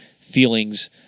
Feelings